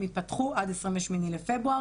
הם ייפתחו עד 28 בפברואר.